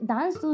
Dance